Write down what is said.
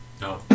No